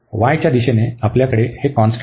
y च्या दिशेने आपल्याकडे हे कॉन्स्टंट आहे